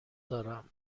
دارم